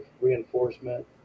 reinforcement